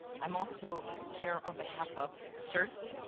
i'm also here on behalf of cert,